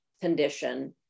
condition